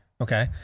okay